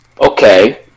okay